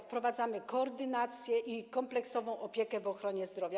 Wprowadzamy koordynację i kompleksową opiekę w ochronie zdrowia.